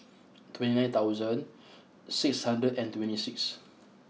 twenty nine thousand six hundred and twenty six